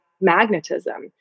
magnetism